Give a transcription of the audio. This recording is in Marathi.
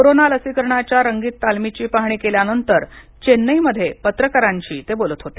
कोरोना लसीकरणाच्या रंगीत तालमीची पाहणी केल्यानंतर चेन्नईमध्ये पत्रकारांशी ते बोलत होते